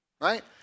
right